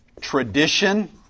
tradition